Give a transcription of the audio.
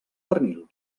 pernil